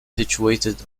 situated